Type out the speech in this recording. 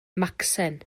macsen